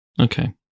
okay